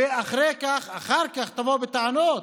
ואחר כך תבוא בטענות